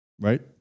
Right